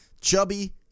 Chubby